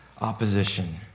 opposition